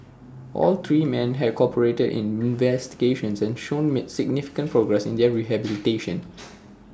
all three men had cooperated in investigations and shown significant progress in their rehabilitation